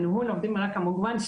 בניהול עובדים מרקע מגוון,